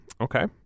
Okay